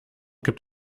gibt